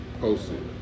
posted